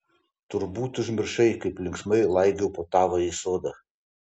turbūt užmiršai kaip linksmai laigiau po tavąjį sodą